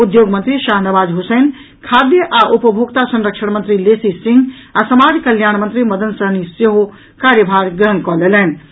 उद्योग मंत्री शाहनवाज हुसैन खाद्य आ उपभोक्ता संरक्षण मंत्री लेसी सिंह आ समाज कल्याण मंत्री मदन सहनी सेहो कार्यभार ग्रहण कऽ लेलनि अछि